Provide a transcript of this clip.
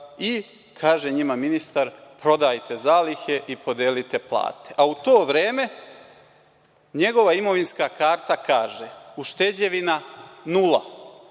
Kaže njima ministar – prodajte zalihe i podelite plate. A u to vreme njegova imovinska karta kaže – ušteđevina nula,